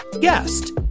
guest